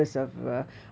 ya